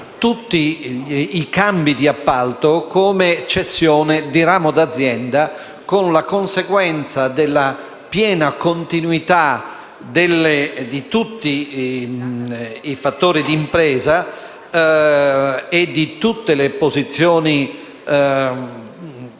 tutti i cambi di appalto come cessioni di ramo d'azienda, con la conseguenza della piena continuità di tutti i fattori d'impresa e di tutte le posizioni,